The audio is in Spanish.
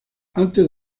antes